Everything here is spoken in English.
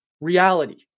reality